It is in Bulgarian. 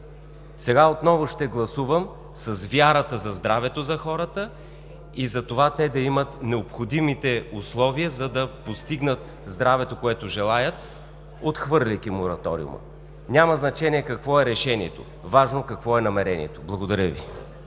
Сега отново ще гласувам с вярата за здравето за хората и за това те да имат необходимите условия, за да постигнат здравето, което желаят, отхвърляйки мораториума. Няма значение какво е решението, важно е какво е намерението. Благодаря Ви.